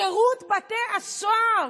שירות בתי הסוהר.